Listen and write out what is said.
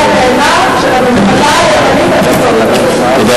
התאנה של הממשלה הימנית הקיצונית הזאת,